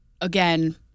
again